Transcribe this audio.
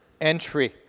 entry